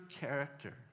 character